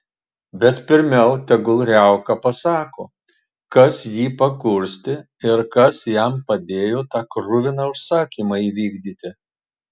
bet pirmiau tegul riauka pasako kas jį pakurstė ir kas jam padėjo tą kruviną užsakymą įvykdyti